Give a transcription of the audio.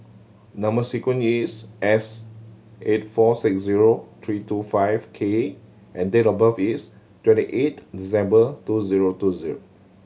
number sequence is S eight four six zero three two five K and date of birth is twenty eight two zero two zero